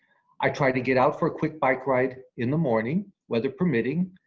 i try to get out for a quick bike ride in the morning, weather permitting,